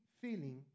feeling